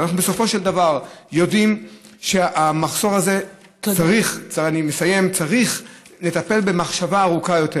אנחנו בסופו של דבר יודעים שבמחסור הזה צריך לטפל במחשבה ארוכה יותר.